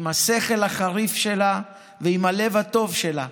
עם השכל החריף שלה ועם הלב הטוב שלה,